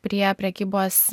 prie prekybos